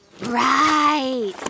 Right